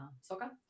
soccer